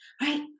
right